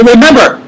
Remember